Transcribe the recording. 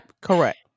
Correct